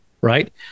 right